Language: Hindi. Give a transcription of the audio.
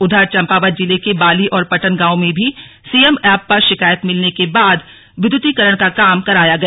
उधर चम्पावत जिले के बाली और पटन गांवों में भी सीएम एप पर शिकायत मिलने के बाद विद्युतीकरण का काम कराया गया